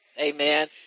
Amen